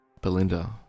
Belinda